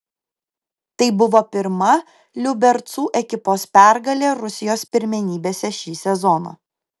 tai buvo pirma liubercų ekipos pergalė rusijos pirmenybėse šį sezoną